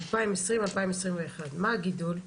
2020, 2021. מה הגידול?